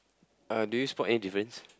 uh do you spot any difference